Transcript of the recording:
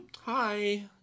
Hi